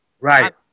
Right